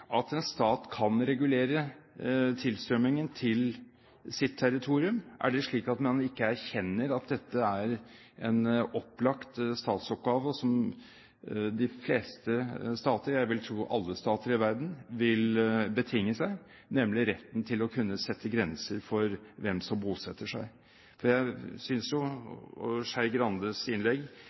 at en stat kan regulere tilstrømmingen til sitt territorium? Er det slik at man ikke erkjenner at dette er en opplagt statsoppgave, som alle stater i verden – vil jeg tro – vil betinge seg, nemlig retten til å kunne sette grenser for hvem som bosetter seg?